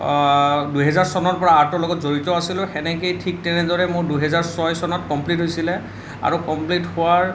দুহেজাৰ চনৰ পৰা আৰ্টৰ লগত জড়িত আছিলোঁ সেনেকেই ঠিক তেনেদৰে মোৰ দুহেজাৰ ছয় চনত কমপ্লিট হৈছিল আৰু কমপ্লিট হোৱাৰ